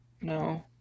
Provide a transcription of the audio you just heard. No